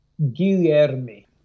Guilherme